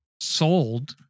sold